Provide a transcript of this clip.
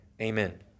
amen